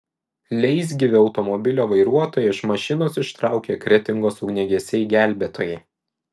leisgyvį automobilio vairuotoją iš mašinos ištraukė kretingos ugniagesiai gelbėtojai